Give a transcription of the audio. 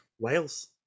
Wales